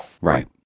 Right